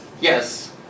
Yes